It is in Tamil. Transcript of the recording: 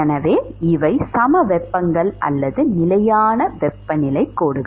எனவே இவை சமவெப்பங்கள் அல்லது நிலையான வெப்பநிலை கோடுகள்